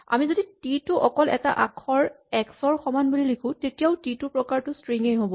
আমি যদি টি টো অকল এটা আখৰ এক্স ৰ সমান বুলি লিখো তেতিয়াও টি টোৰ প্ৰকাৰটো ষ্ট্ৰিং এই হ'ব